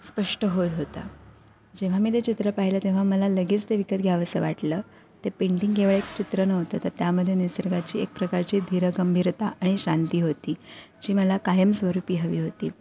स्पष्ट होत होता जेव्हा मी ते चित्र पाहिलं तेव्हा मला लगेच ते विकत घ्यावंसं वाटलं ते पेंटिंग केवळ एक चित्र नवतं तर त्यामध्ये निसर्गाची एक प्रकारची धीरगंभीरता आणि शांती होती जी मला कायम स्वरूपी हवी होती